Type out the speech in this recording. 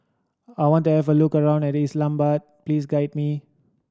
I want to have a look around Islamabad please guide me